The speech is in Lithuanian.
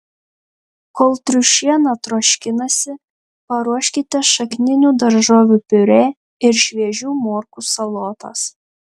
kol triušiena troškinasi paruoškite šakninių daržovių piurė ir šviežių morkų salotas